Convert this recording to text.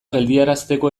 geldiarazteko